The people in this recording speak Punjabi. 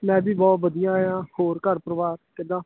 ਮੈਂ ਵੀ ਬਹੁਤ ਵਧੀਆ ਹਾਂ ਹੋਰ ਘਰ ਪਰਿਵਾਰ ਕਿੱਦਾਂ